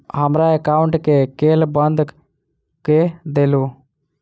हमरा एकाउंट केँ केल बंद कऽ देलु?